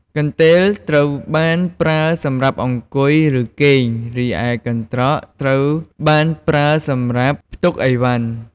កន្ទេលត្រូវបានប្រើសម្រាប់អង្គុយ ឬគេង រីឯកន្ត្រកត្រូវបានប្រើសម្រាប់ផ្ទុកឥវ៉ាន់។